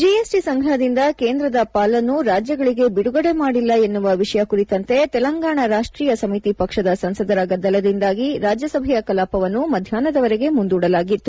GST ಸಂಗ್ರಹದಿಂದ ಕೇಂದ್ರದ ಪಾಲನ್ನು ರಾಜ್ಯಗಳಿಗೆ ಬಿಡುಗಡೆ ಮಾಡಿಲ್ಲ ಎನ್ನುವ ವಿಷಯ ಕುರಿತಂತೆ ತೆಲಂಗಾಣ ರಾಷ್ಟೀಯ ಸಮಿತಿ ಪಕ್ಷದ ಸಂಸದರ ಗದ್ದಲದಿಂದಾಗಿ ರಾಜ್ಯಸಭೆಯ ಕಲಾಪವನ್ನು ಮಧ್ಯಾಹ್ವದವರೆಗೆ ಮುಂದೂಡಲಾಗಿತ್ತು